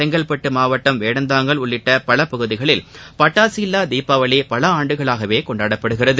செங்கல்பட்டு மாவட்டம் வேடந்தாங்கல் உள்ளிட்ட பல பகுதிகளில் பட்டாசு இல்லா தீபாவளி பல ஆண்டுகளாகவே கொண்டாடப்படுகிறது